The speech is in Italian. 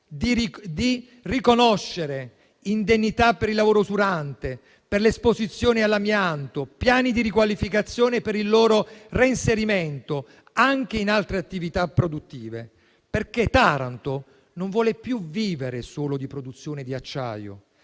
di riconoscere indennità per il lavoro usurante, per l'esposizione all'amianto, piani di riqualificazione per il loro reinserimento anche in altre attività produttive. E questo perché Taranto non vuole più vivere solo di produzione di acciaio: